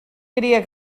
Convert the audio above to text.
cria